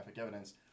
evidence